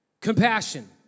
Compassion